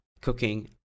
cooking